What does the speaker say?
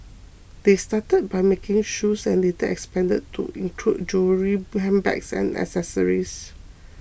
they started by making shoes and later expanded to include jewellery handbags and accessories